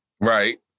Right